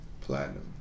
platinum